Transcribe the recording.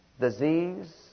disease